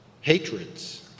hatreds